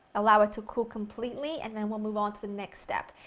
allow it to cool completely, and then we'll move on to the next step.